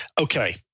Okay